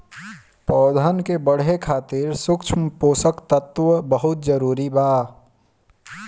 पौधन के बढ़े खातिर सूक्ष्म पोषक तत्व बहुत जरूरी बा